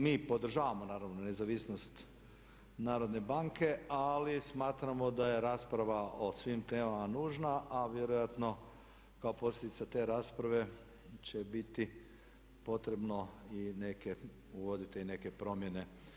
Mi podržavamo naravno nezavisnost narodne banke ali smatramo da se rasprava o svim temama nužna a vjerojatno kao posljedica te rasprave će biti potrebno uvoditi i neke promjene.